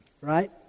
right